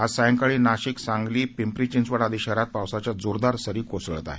आज सायंकाळी नाशिक सांगली पिंपरी चिंचवड आदी शहरात पावसाच्या जोरदार सरी कोसळत आहेत